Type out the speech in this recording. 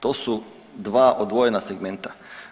To su dva odvojena segmenta.